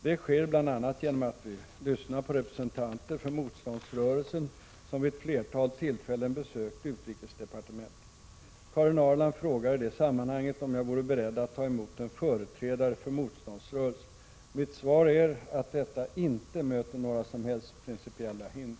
Detta sker bl.a. genom att vi lyssnar på representanter för motståndsrörelsen, som vid ett flertal tillfällen besökt utrikesdepartementet. Karin Ahrland frågar i det sammanhanget om jag vore beredd att ta emot en företrädare för motståndsrörelsen. Mitt svar är att detta inte möter några som helst principiella hinder.